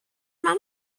man